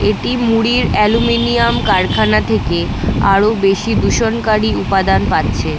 এটি মুড়ির অ্যালুমিনিয়াম কারখানা থেকে আরও বেশি দূষণকারী উপাদান পাচ্ছে